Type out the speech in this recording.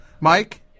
Mike